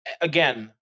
again